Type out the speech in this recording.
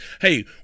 Hey